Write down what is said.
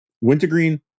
wintergreen